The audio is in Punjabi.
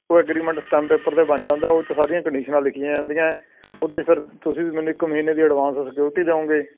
ਉਹ ਐਗਰੀਮੈਂਟ ਸਟੈਮ ਪੇਪਰ 'ਤੇ ਬਣ ਜਾਂਦਾ ਉਹ 'ਚ ਸਾਰੀਆਂ ਕੰਡੀਸ਼ਨਾਂ ਲਿਖੀਆਂ ਜਾਂਦੀਆਂ ਉਹਦੇ ਫਿਰ ਤੁਸੀਂ ਵੀ ਮੈਨੂੰ ਇੱਕ ਮਹੀਨੇ ਦੀ ਐਡਵਾਂਸ ਸਕਿਉਰਟੀ ਦਿਓਗੇ